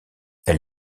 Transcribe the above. elle